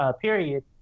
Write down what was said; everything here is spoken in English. period